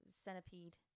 Centipede